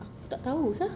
aku tak tahu sia